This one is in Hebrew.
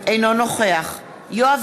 אינו נוכח יואב